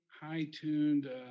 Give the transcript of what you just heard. high-tuned